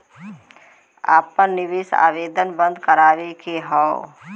आपन निवेश आवेदन बन्द करावे के हौ?